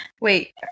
Wait